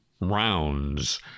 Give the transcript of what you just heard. rounds